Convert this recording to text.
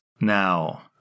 Now